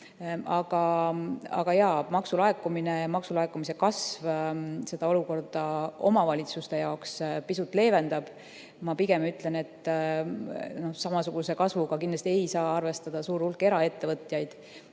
maksulaekumise kasv seda olukorda omavalitsuste jaoks pisut leevendab. Ma pigem ütlen, et samasuguse kasvuga kindlasti ei saa arvestada suur hulk eraettevõtjaid,